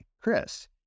Chris